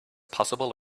possible